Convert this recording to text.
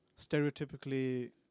stereotypically